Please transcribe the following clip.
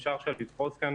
אפשר עכשיו לפרוס כאן